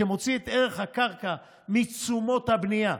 שמוציא את ערך הקרקע מתשומות הבנייה.